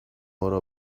more